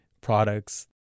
products